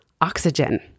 oxygen